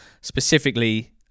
specifically